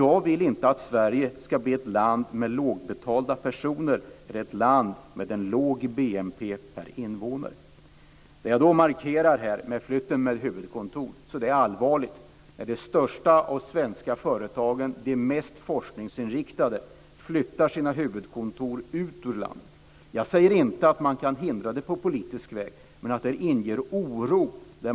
Jag vill inte att Sverige ska bli ett land med lågbetalda personer eller ett land med en låg Jag markerar flytten av huvudkontor. Det är allvarligt när de största och mest forskningsinriktade svenska företagen flyttar sina huvudkontor ut ur landet. Jag säger inte att man kan hindra det på politisk väg men att det inger oro.